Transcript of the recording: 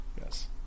yes